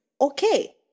Okay